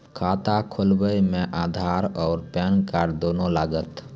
खाता खोलबे मे आधार और पेन कार्ड दोनों लागत?